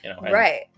Right